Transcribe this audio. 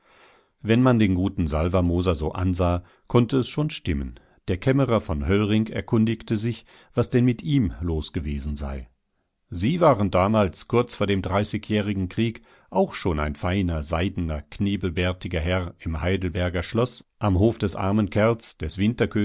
wenn man den guten salvermoser so ansah konnte es schon stimmen der kämmerer von höllring erkundigte sich was denn mit ihm losgewesen sei sie waren damals kurz vor dem dreißigjährigen krieg auch schon ein seiner seidener knebelbärtiger herr im heidelberger schloß am hof des armen kerls des